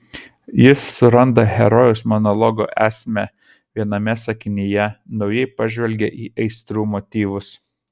jis suranda herojaus monologo esmę viename sakinyje naujai pažvelgia į aistrų motyvus